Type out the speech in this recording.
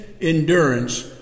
endurance